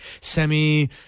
semi